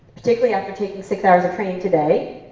particularly after taking six hours of training today,